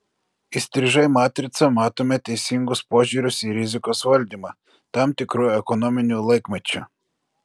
įstrižai matricą matome teisingus požiūrius į rizikos valdymą tam tikru ekonominiu laikmečiu